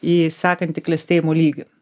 į sekantį klestėjimo lygį